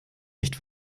nicht